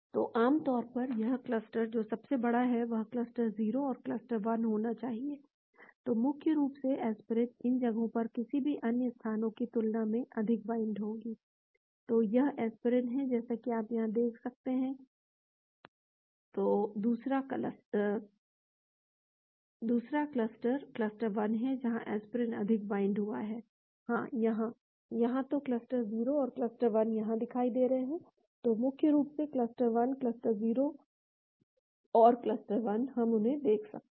तो आम तौर पर यह क्लस्टर जो सबसे बड़ा है वह क्लस्टर 0 और क्लस्टर 1 होना चाहिए तो मुख्य रूप से एस्पिरिन इन जगहों पर किसी भी अन्य स्थानों की तुलना में अधिक बाइंड होगी तो यह एस्पिरिन है जैसा कि आप यहाँ देख सकते हैं तो दूसरा क्लस्टर क्लस्टर 1 है जहां एस्पिरिन अधिक बाइंड हुआ है हां यहां यहां तो क्लस्टर 0 और क्लस्टर 1 यहां दिखाई दे रहे हैं तो मुख्य रूप से क्लस्टर 1 क्लस्टर 0 और क्लस्टर 1 हम उन्हें देख सकते हैं